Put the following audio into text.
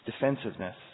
defensiveness